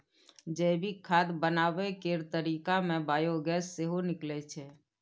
जैविक खाद बनाबै केर तरीका मे बायोगैस सेहो निकलै छै